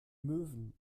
möwen